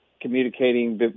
communicating